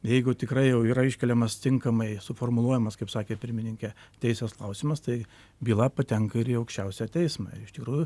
jeigu tikrai jau yra iškeliamas tinkamai suformuluojamas kaip sakė pirmininkė teisės klausimas tai byla patenka ir į aukščiausią teismą iš tikrųjų